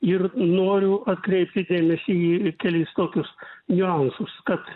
ir noriu atkreipti dėmesį į kelis tokius niuansus kad